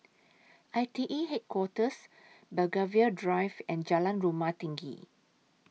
I T E Headquarters Belgravia Drive and Jalan Rumah Tinggi